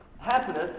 happiness